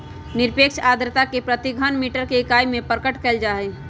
निरपेक्ष आर्द्रता के प्रति घन मीटर के इकाई में प्रकट कइल जाहई